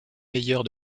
meilleurs